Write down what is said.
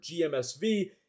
GMSV